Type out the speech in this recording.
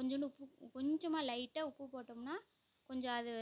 கொஞ்சோண்டு உப்பு கொஞ்சமாக லைட்டாக உப்பு போட்டோம்ன்னா கொஞ்சோம் அது